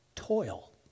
Toil